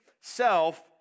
self